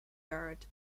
bird